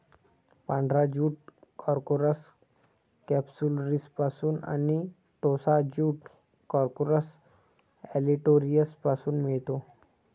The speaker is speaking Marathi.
पांढरा ज्यूट कॉर्कोरस कॅप्सुलरिसपासून आणि टोसा ज्यूट कॉर्कोरस ऑलिटोरियसपासून मिळतो